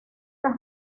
las